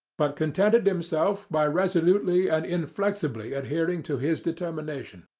but contented himself by resolutely and inflexibly adhering to his determination.